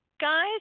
guys